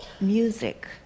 music